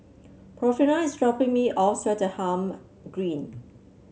Porfirio is dropping me off Swettenham Green